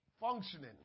functioning